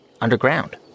underground